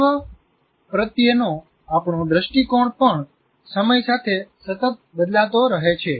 વિશ્વ પ્રત્યેનો આપણો દ્રષ્ટિકોણ પણ સમય સાથે સતત બદલાતો રહે છે